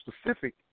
specific